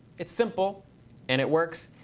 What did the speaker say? it's simple and it works.